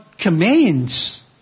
commands